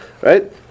right